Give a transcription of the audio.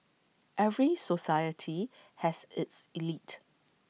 every society has its elite